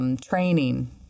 Training